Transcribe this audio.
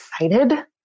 excited